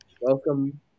Welcome